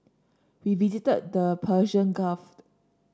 we visited the Persian Gulf